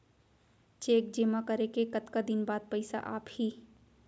Cheque जेमा करे के कतका दिन बाद पइसा आप ही?